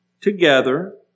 together